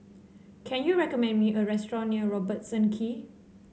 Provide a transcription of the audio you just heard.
can you recommend me a restaurant near Robertson Quay